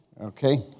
Okay